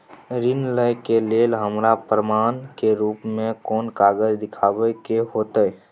ऋण लय के लेल हमरा प्रमाण के रूप में कोन कागज़ दिखाबै के होतय?